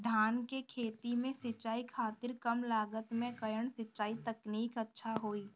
धान के खेती में सिंचाई खातिर कम लागत में कउन सिंचाई तकनीक अच्छा होई?